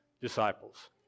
disciples